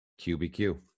QBQ